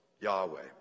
Yahweh